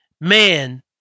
Man